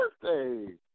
Birthday